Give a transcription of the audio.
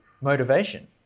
motivation